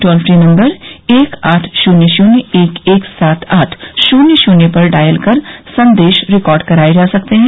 toll free number एक आठ शून्य शून्य एक एक सात आठ शून्य शून्य पर डायल कर संदेश रिकॉर्ड कराये जा सकते हैं